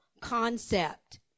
concept